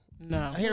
No